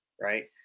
right